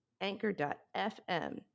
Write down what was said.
anchor.fm